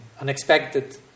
unexpected